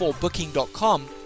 booking.com